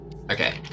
Okay